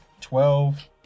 Twelve